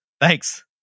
Thanks